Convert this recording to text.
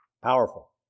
Powerful